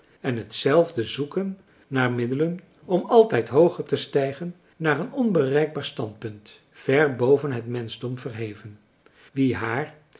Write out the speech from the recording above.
en hetzelfde zoeken naar middelen om altijd hooger te stijgen naar een onbereikbaar standpunt ver boven het menschdom verheven wie haar